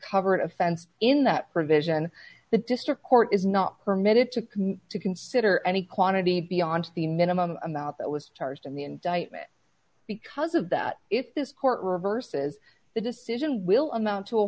covered offense in that provision the district court is not permitted to to consider any quantity beyond the minimum amount that was charged in the indictment because of that if this court reverses the decision will amount to